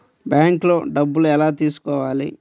బ్యాంక్లో డబ్బులు ఎలా తీసుకోవాలి?